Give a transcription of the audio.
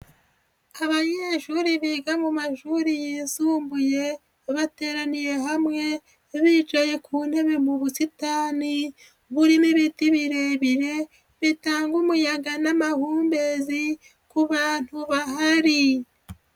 Abanyeshuri biga mu mashuri yisumbuye bateraniye hamwe, bicaye ku ntebe mu busitani, burimo ibiti birebire, bitanga umuyaga n'amahumbezi ku bantu bahari.